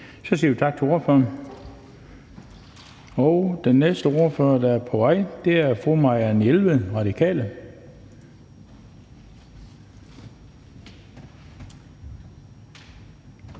Så siger vi tak til ordføreren. Den næste ordfører, der er på vej, er fru Marianne Jelved, Radikale.